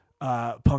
Punk